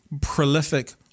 prolific